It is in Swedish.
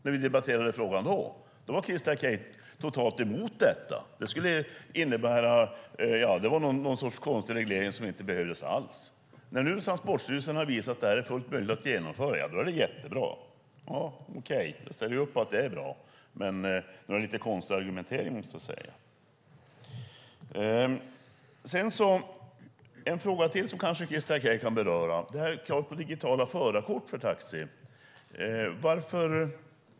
När vi då debatterade frågan var Christer Akej totalt emot detta. Det var någon sorts konstig reglering som inte alls behövdes. När nu Transportstyrelsen har visat att det är fullt möjligt att genomföra är det jättebra. Vi ställer upp på att det är bra. Men det är en lite konstig argumentering. En fråga som Christer Akej kan beröra är digitala förarkort för taxiförare.